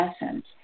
essence